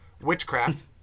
witchcraft